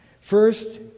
First